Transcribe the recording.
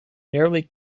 nearly